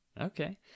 Okay